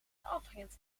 afrit